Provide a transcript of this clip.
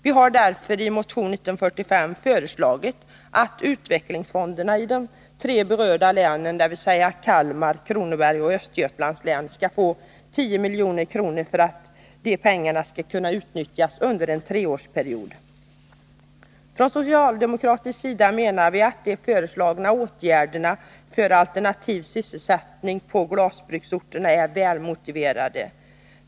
Vi har därför i motion 1945 föreslagit att utvecklingsfonderna i de tre berörda länen, dvs. Kalmar, Kronobergs och Östergötlands län, skall få 10 milj.kr. och att de pengarna skall utnyttjas under en treårsperiod. Från socialdemokratisk sida menar vi att de föreslagna åtgärderna för alternativ sysselsättning på glasbruksorterna är välmotiverade.